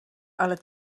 ale